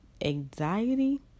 anxiety